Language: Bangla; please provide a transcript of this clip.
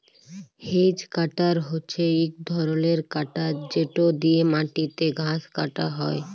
হেজ কাটার হছে ইক ধরলের কাটার যেট দিঁয়ে মাটিতে ঘাঁস কাটা হ্যয়